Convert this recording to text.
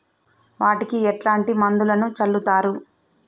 వాటికి ఎట్లాంటి మందులను చల్లుతరు?